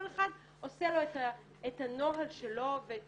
כל אחד עושה לו את הנוהל שלו ואת